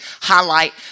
highlight